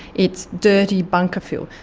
it's dirty bunker fuel.